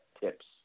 tips